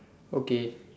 okay